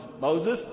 Moses